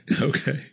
Okay